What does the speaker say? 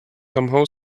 somehow